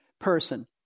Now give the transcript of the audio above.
person